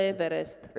Everest